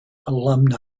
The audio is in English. alumni